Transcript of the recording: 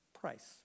price